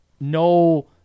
No